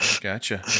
Gotcha